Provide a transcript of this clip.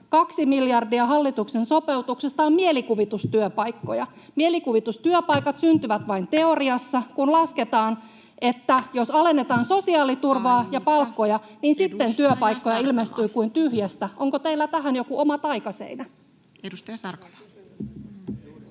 kaksi miljardia hallituksen sopeutuksesta on mielikuvitustyöpaikkoja. Mielikuvitustyöpaikat syntyvät vain teoriassa, kun lasketaan, [Puhemies: Aika!] että jos alennetaan sosiaaliturvaa ja palkkoja, niin sitten työpaikkoja ilmestyy kuin tyhjästä. Onko teillä tähän joku oma taikaseinä? [Speech